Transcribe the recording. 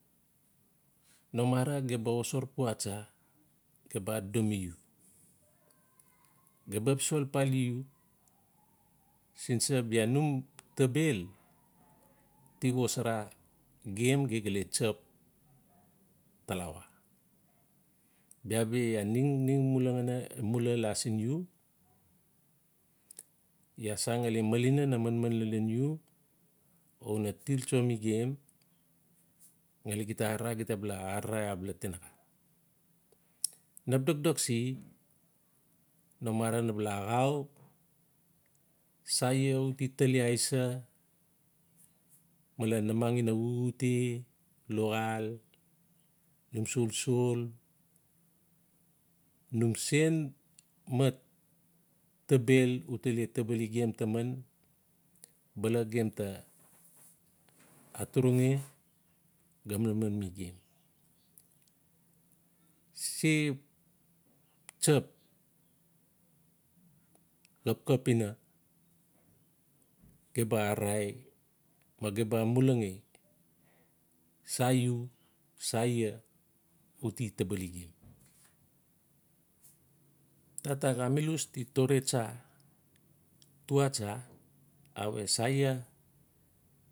No mara ge ba xosar pua tsa gem ba adodomi iu, gem ba xap sol papali u sin sa bia num table ti xosara gem, gem ga le tsap. talawa. Bia bi iaa ningning mulugenai mula la siin iu, ia san ngali malina na manman lalon iu. una til tso mi gem ngali gita arara gita ba la ararai abala tinaxa. nap dokdok se no mara na ba la axau. Sa ia u ti tali aisa? Male namang in xuxute, xuxaal, num solsol num san mat table uta le tabali gem taman bala gem ta aturung ga manman mi gem. Si tsap x. Xapxap ina ge ba ararai, ma gem ba amulangi sa iu. sa ia, uti tabali gem. Tata kamilus ti tore tsa tuatsa, aawe sa ia.